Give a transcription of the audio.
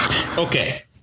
Okay